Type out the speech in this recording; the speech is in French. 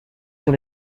sur